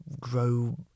grow